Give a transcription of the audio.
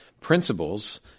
principles